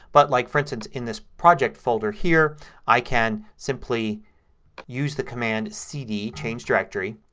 but like, for instance, in this project folder here i can simply use the command cd, change directory,